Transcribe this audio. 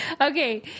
Okay